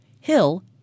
Hill